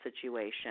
situation